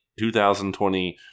2020